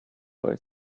boy